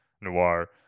noir